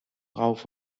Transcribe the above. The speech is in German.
rauf